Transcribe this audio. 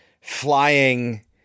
flying